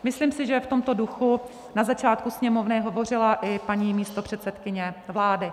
Myslím si, že v tomto duchu na začátku Sněmovny hovořila i paní místopředsedkyně vlády.